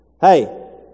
hey